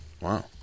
Wow